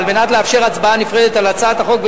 וכדי לאפשר הצבעה נפרדת על הצעת החוק,